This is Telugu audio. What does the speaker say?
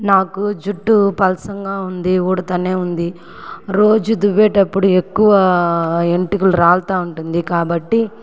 నాకు జుట్టు పలసంగా ఉంది ఊడుతానే ఉంది రోజు దువ్వేటప్పుడు ఎక్కువ వెంట్రుకులు రాలతూ ఉంటుంది కాబట్టి